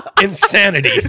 insanity